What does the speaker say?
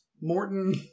Morton